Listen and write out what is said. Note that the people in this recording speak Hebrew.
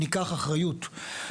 ניקח אחריות.